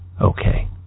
okay